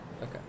Okay